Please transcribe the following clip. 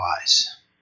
wise